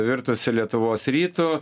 virtusi lietuvos rytu